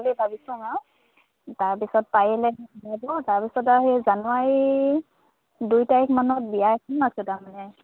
বুলি ভাবিছোঁ আৰু তাৰপিছত পাৰিলে তাৰপিছত আৰু সেই জানুৱাৰী দুই তাৰিখ মানত বিয়া এখনো আছে তাৰমানে